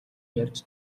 ярьж